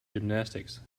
gymnastics